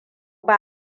ba